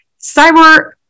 cyber